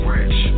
Rich